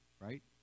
right